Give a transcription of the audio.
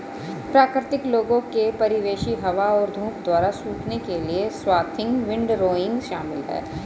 प्राकृतिक लोगों के परिवेशी हवा और धूप द्वारा सूखने के लिए स्वाथिंग विंडरोइंग शामिल है